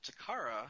Takara